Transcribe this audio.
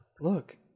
look